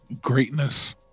greatness